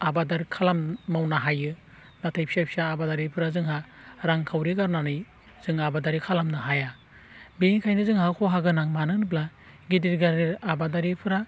आबाद खालामनानै मावनो हायो नाथाय फिसा फिसा आबादारिफोरा जोंहा रांखावरि गारनानै जों आबादारि खालामनो हाया बेनिखायनो जोंहा खहा गोनां मानो होनब्ला गिदिर आबादारिफोरा